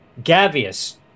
Gavius